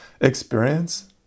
experience